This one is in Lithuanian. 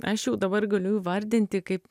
aš jau dabar galiu įvardinti kaip